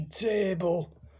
table